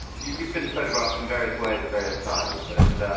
you've been photographed in various ways at various times and